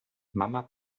mama